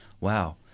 wow